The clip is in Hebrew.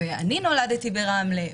ואני נולדתי ברמלה.